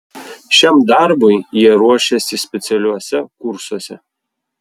šiam darbui jie ruošiasi specialiuose kursuose